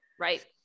right